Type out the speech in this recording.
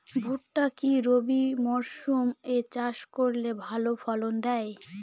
ভুট্টা কি রবি মরসুম এ চাষ করলে ভালো ফলন দেয়?